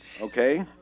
okay